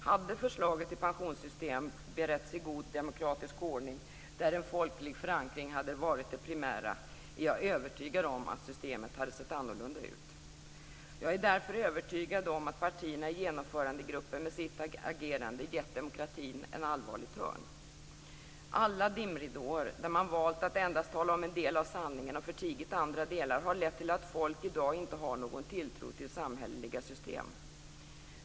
Hade förslaget till pensionssystem beretts i god demokratisk ordning, där en folklig förankring hade varit det primära, är jag övertygad om att systemet hade sett annorlunda ut. Jag är därför övertygad om att partierna i Genomförandegruppen gett demokratin en allvarlig törn med sitt agerande. Alla dimridåer, där man valt att endast tala om en del av sanningen och förtigit andra delar, har lett till att folk i dag inte har någon tilltro till samhälleliga system.